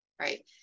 right